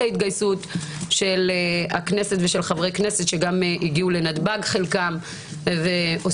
ההתגייסות של הכנסת וחברי הכנסת שחלקם גם הגיעו לנתב"ג,